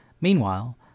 Meanwhile